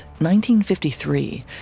1953